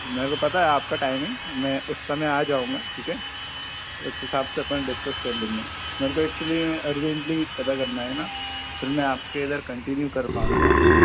मेरे को पता है आपकी टाइमिंग मैं उस समय आ जाऊँगा ठीक है उस हिसाब से अपन डिस्कस कर लेंगे मेरे को एक्चुअली अरजेन्टली पता करना है ना फिर मैं आपके इधर कंटिन्यू कर पाऊँगा